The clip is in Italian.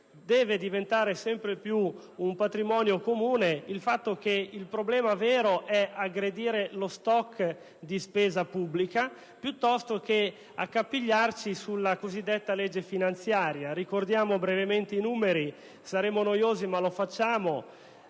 Deve diventare sempre più un patrimonio comune il fatto che il problema vero è aggredire lo *stock* di spesa pubblica piuttosto che accapigliarsi sulla cosiddetta legge finanziaria. Anche se forse saremo noiosi, è bene